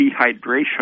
dehydration